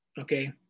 Okay